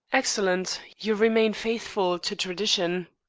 excellent. you remain faithful to tradition.